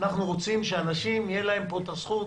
אנחנו רוצים שאנשים, יהיה להם את הזכות